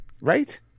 Right